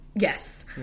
Yes